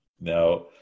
Now